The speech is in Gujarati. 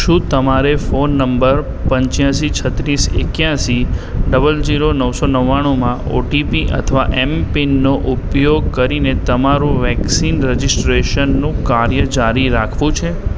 શું તમારે ફોન નંબર પંચ્યાશી છત્રીસ એક્યાશી ડબલ ઝીરો નવસો નવ્વાણુંમાં ઓ ટી પી અથવા એમ પિનનો ઉપયોગ કરીને તમારું વૅક્સિન રજિસ્ટ્રેશનનું કાર્ય જારી રાખવું છે